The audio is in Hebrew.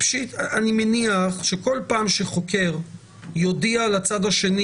אני מניח שבכל פעם שחוקר יודיע לצד השני